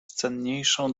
cenniejszą